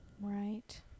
Right